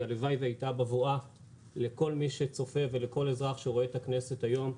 הלוואי והיא הייתה בבואה לכל מי שצופה ולכל אזרח שרואה את הכנסת היום.